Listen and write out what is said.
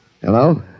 Hello